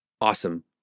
awesome